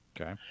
okay